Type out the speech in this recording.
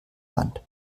hand